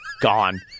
gone